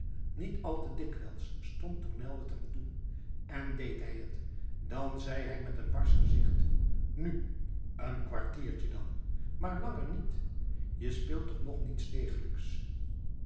niet al te dikwijls stond tournel het hem toe en deed hij het dan zei hij met een barsch gezicht nu een kwartiertje dan maar langer niet je speelt toch nog niets degelijks